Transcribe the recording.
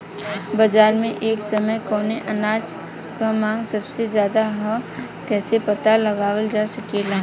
बाजार में एक समय कवने अनाज क मांग सबसे ज्यादा ह कइसे पता लगावल जा सकेला?